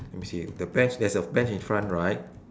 let me see the bench there's a bench in front right